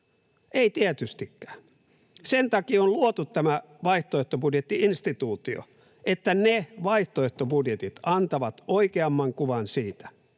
Ei tietystikään. Sen takia on luotu tämä vaihtoehtobudjetti-instituutio, että ne vaihtoehtobudjetit antavat oikeamman kuvan —